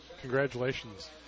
congratulations